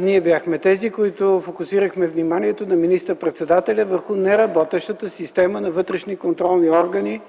Ние бяхме тези, които фокусирахме вниманието на министър-председателя върху неработещата система на вътрешни контролни органи